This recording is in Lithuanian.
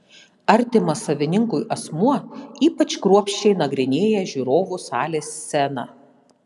artimas savininkui asmuo ypač kruopščiai nagrinėja žiūrovų salės sceną